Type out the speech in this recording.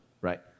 right